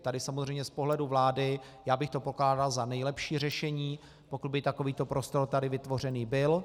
Tady samozřejmě z pohledu vlády bych to pokládal za nejlepší řešení, pokud by takovýto prostor tady vytvořený byl.